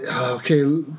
okay